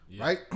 right